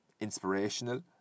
inspirational